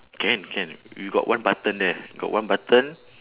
can can we got one button there we got one button